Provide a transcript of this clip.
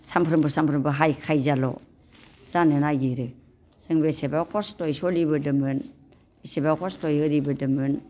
सानफ्रोमबो सानफ्रोमबो हाय खायजाल' जानो नागिरो जों बेसेबा कस्त'यै सोलिबोदोंमोन बेसेबा कस्त'यै हरिबोदोंमोन